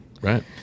right